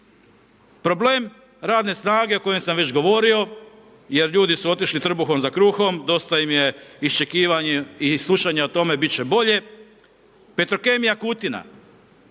Problem radne snage o kojem sam već govorio, jer ljudi su otišli trbuhom za kruhom, dosta im je iščekivanja i slušanja o tome bit će bolje, Petrokemija Kutina,